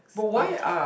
on top